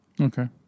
Okay